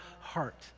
heart